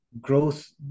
Growth